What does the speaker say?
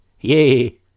Yay